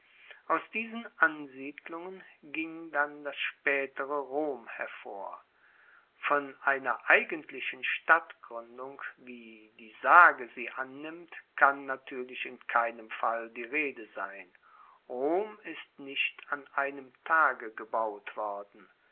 aus diesen ansiedlungen ging dann das spaetere rom hervor von einer eigentlichen stadtgruendung wie die sage sie annimmt kann natuerlich in keinem fall die rede sein rom ist nicht an einem tage gebaut worden